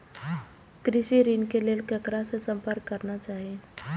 कृषि ऋण के लेल ककरा से संपर्क करना चाही?